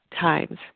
times